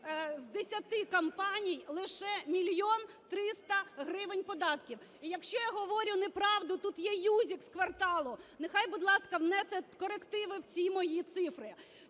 компаній лише 1 мільйон 300 гривень податків. І якщо я говорю неправду, тут є Юзік з "кварталу", нехай, будь ласка, внесе корективи в ці мої цифри.